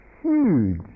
huge